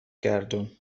گردون